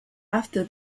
after